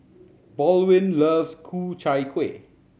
Baldwin love Ku Chai Kueh